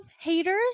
haters